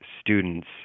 students